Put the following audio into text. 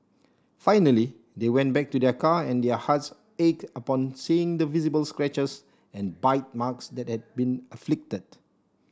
finally they went back to their car and their hearts ache upon seeing the visible scratches and bite marks that had been inflicted